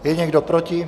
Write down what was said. Je někdo proti?